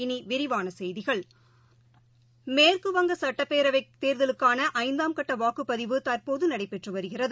இனிவிரிவானசெய்திகள் மேற்குவங்க சட்டப்பேரவைத் தேர்தலுக்கானஐந்தாம் கட்டவாக்குப்பதிவு தற்போதுநடைபெற்றுவருகிறது